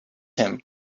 him